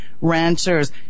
ranchers